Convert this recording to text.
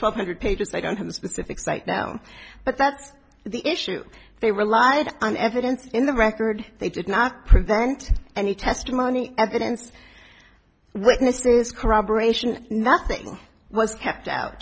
twelve hundred pages i don't have a specific site now but that's the issue they relied on evidence in the record they did not prevent any testimony evidence witnesses corroboration nothing was kept out